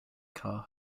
car